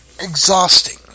exhausting